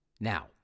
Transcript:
Now